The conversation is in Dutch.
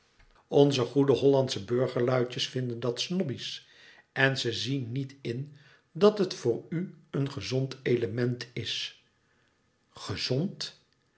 onze goede hollandsche burgerluidjes vinden dat snobbish en ze zien niet in dat het voor u een gezond element is gezond